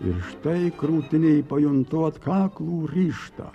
ir štai krūtinėj pajuntu atkaklų ryžtą